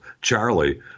Charlie